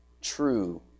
true